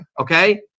okay